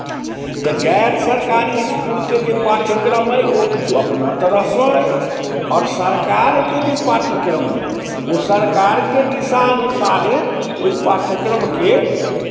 तऽ गैर सरकारी इसकुलके जे पाठ्यक्रम अइ ओ किछु अपना तरहसँ अइ आओर सरकारके जे पाठ्यक्रम अइ ओ सरकारके दिशा अनुसारे ओइ पाठ्यक्रमके